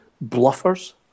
bluffers